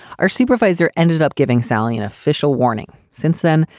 our supervisor ended up giving sally an official warning. since then,